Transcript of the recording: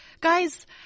guys